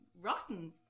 rotten